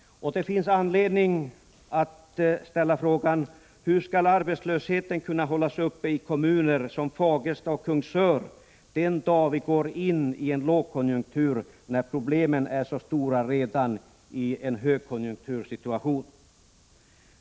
Det finns anledning att ställa frågan: Hur skall arbetslösheten kunna hållas nere i kommuner som Fagersta och Kungsör den dag vi går in i en lågkonjunktur? Problemen är ju redan nu, i en högkonjunktur, så stora.